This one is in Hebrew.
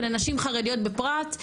ולנשים חרדיות בפרט.